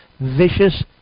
vicious